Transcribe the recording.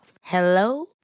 Hello